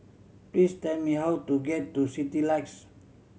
please tell me how to get to Citylights